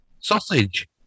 Sausage